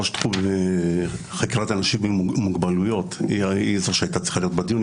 ראש תחום חקירת אנשים עם מוגבלויות היא זו שהייתה צריכה להיות בדיון,